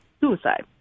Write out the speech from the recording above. suicide